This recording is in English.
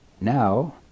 Now